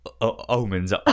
omens